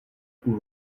půl